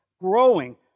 growing